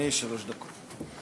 שלוש דקות.